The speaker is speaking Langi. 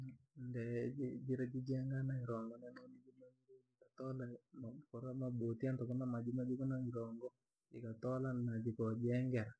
Ndee jira jijenga naironda ndo no nijimanyire jikatolaura maboti hantu kuri na maji madudi na irongo ikatola no kejengera.